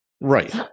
Right